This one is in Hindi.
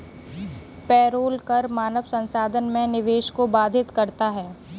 पेरोल कर मानव संसाधन में निवेश को बाधित करता है